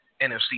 NFC